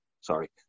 sorry